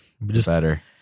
better